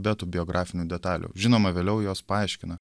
be tų biografinių detalių žinoma vėliau juos paaiškina